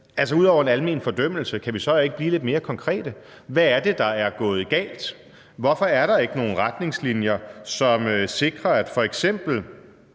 her. Ud over en almen fordømmelse kan vi så ikke blive lidt mere konkrete? Hvad er det, der er gået galt? Hvorfor er der ikke nogen retningslinjer, som sikrer, at f.eks.